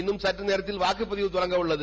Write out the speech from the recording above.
இன்னும் சற்றுநோத்தில் வாக்குப்பதிவு தொடங்கவுள்ளது